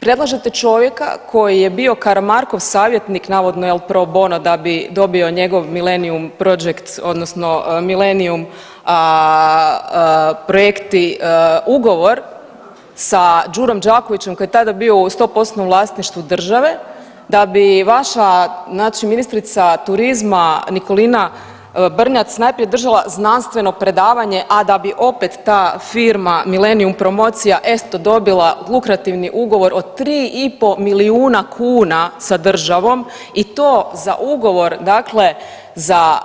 Predlažete čovjeka koji je bio Karamarkov savjetnik navodno jel pro bono da bi dobio njegov Millenium prodžekt odnosno Millenium projekti ugovor sa Đurom Đakovićem koji je tada bio u 100%-tnom vlasništvu države da bi vaša znači ministrica turizma Nikolina Brnjac najprije držala znanstveno predavanje, a da bi opet ta firma Millenium promocija … [[Govornik se ne razumije]] dobila lukrativni ugovor od 3,5 milijuna kuna sa državom i to za ugovor, dakle za